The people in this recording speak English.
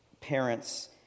parents